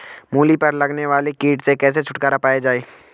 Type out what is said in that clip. मूली पर लगने वाले कीट से कैसे छुटकारा पाया जाये?